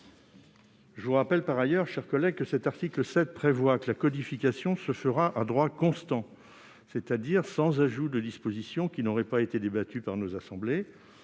Je vous rappelle par ailleurs, mes chers collègues, que cet article prévoit que la codification se fera à droit constant, c'est-à-dire sans ajout de dispositions qui n'auraient pas été débattues par nos assemblées.